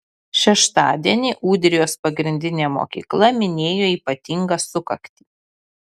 šeštadienį ūdrijos pagrindinė mokykla minėjo ypatingą sukaktį